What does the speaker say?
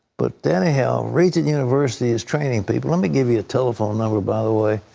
but anyhow, regent university is training people. let me give you a telephone number, by the way.